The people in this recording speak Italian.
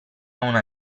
una